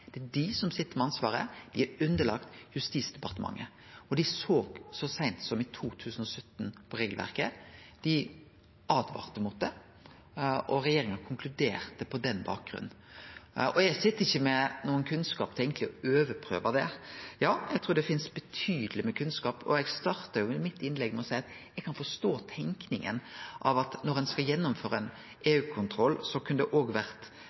dei som sit med ansvaret, og dei er underlagde Justisdepartementet. Dei såg så seint som i 2017 på regelverket. Dei åtvara mot det, og regjeringa konkluderte på den bakgrunnen. Eg sit ikkje med nokon kunnskap for å overprøve det. Eg trur det finst betydeleg kunnskap, og eg starta jo innlegget mitt med å seie at eg kan forstå tenkinga om at når ein skal gjennomføre ein EU-kontroll, så kunne det òg vore